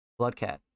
Bloodcat